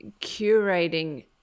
curating